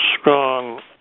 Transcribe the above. strong